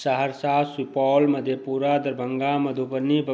Saharsa Supaul Madhepura Darbhanga Madhubani